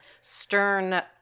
stern